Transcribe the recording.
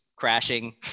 crashing